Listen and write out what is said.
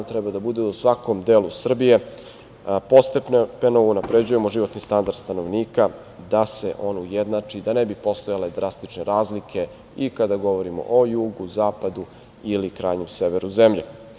treba da bude u svakom delu Srbije postepeno unapređujemo standard stanovnika da se on jednači, da ne bi postojale drastične razlike i kada govorimo o jugu, zapadu ili krajnjem severu zemlje.